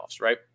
right